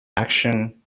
action